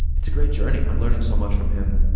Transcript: it's a great journey. i'm learning so much from him.